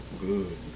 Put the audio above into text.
Good